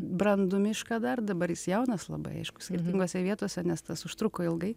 brandų mišką dar dabar jis jaunas labai aišku skirtingose vietose nes tas užtruko ilgai